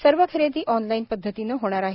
सर्व खरेदी ऑनलाईन पद्वतीने होणार आहे